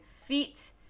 feet